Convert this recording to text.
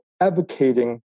advocating